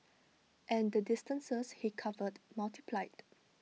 and the distances he covered multiplied